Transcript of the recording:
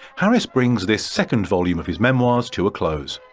harris brings this second volume of his memoirs to a close.